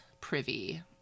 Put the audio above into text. privy